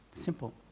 simple